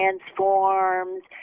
transforms